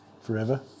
forever